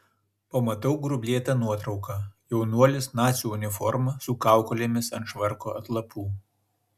pamatau grublėtą nuotrauką jaunuolis nacių uniforma su kaukolėmis ant švarko atlapų